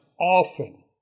often